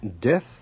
Death